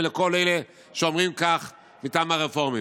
לכל אלה שאומרים כך מטעם הרפורמים.